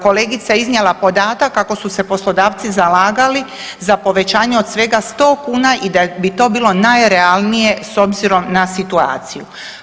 Kolegica je iznijela podatak kako su se poslodavci zalagali za povećanje od svega 100 kuna i da bi to bilo najrealnije s obzirom na situaciju.